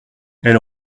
elle